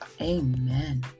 Amen